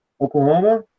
Oklahoma